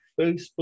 Facebook